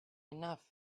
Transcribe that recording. enough